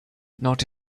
not